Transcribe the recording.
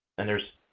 and there's